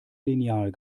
lineal